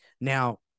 Now